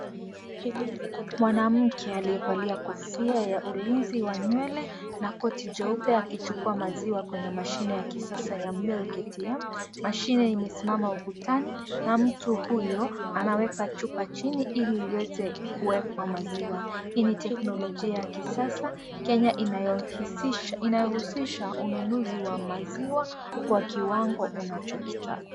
Mwanamke aliyevalia kofia ya ulinzi wa nywele na koti jeupe akichukua maziwa kwenye mashine ya kisasa ya milk ATM, mashine imesimama ukutani na mtu huyo anaweka chupa chini hili iweze kuwekwa maziwa ,hii ni tekinolojia ya kisasa inayohusisha ununuzi wa maziwa kwa kiwango unachokitaka.